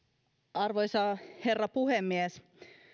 arvoisa herra puhemies